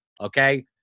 Okay